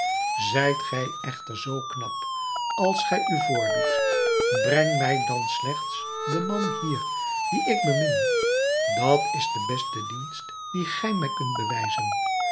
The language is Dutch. zijt gij echter zoo knap als gij u voordoet breng mij dan slechts den man hier dien ik bemin dat is de beste dienst dien gij mij kunt bewijzen